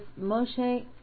Moshe